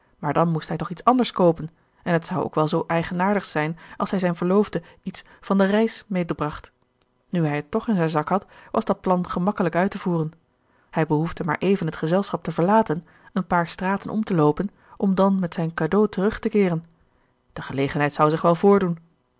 maar dan moest hij toch iets anders koopen en het zou ook wel zoo eigenaardig zijn als hij zijne verloofde iets van de reis mede bracht nu hij het toch in zijn zak had was dat plan gemakkelijk uit te voeren hij behoefde maar even het gezelschap te verlaten een paar straten om te loopen om dan met zijn cadeau terug te keeren de gelegenheid zou zich wel voordoen